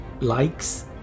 likes